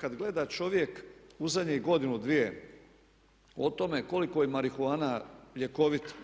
kad gleda čovjek u zadnjih godinu, dvije o tome koliko je marihuana ljekovita,